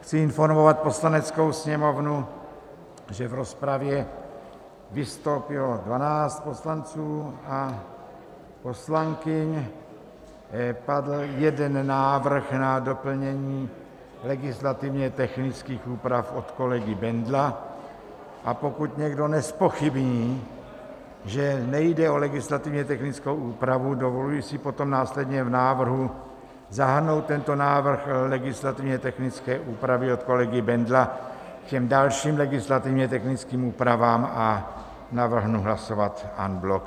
Chci informovat Poslaneckou sněmovnu, že v rozpravě vystoupilo 12 poslanců a poslankyň, padl jeden návrh na doplnění legislativně technických úprav od kolegy Bendla, a pokud někdo nezpochybní, že nejde o legislativně technickou úpravu, dovoluji si potom následně v návrhu zahrnout tento návrh legislativně technické úpravy od kolegy Bendla k dalším legislativně technickým úpravám a navrhnu hlasovat en bloc.